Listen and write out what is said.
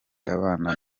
abana